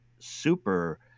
super